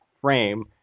frame